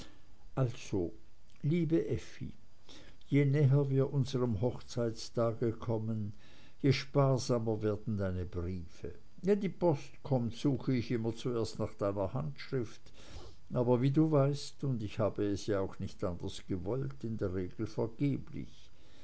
also liebe effi je näher wir unsrem hochzeitstage kommen je sparsamer werden deine briefe wenn die post kommt suche ich immer zuerst nach deiner handschrift aber wie du weißt und ich hab es ja auch nicht anders gewollt in der regel vergeblich